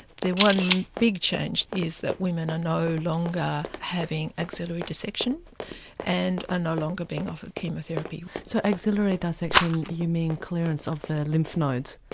the one big change is that women are no longer having axillary dissection and are ah no longer being offered chemotherapy. so, axillary dissection you mean clearance of the lymph nodes.